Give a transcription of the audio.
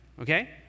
okay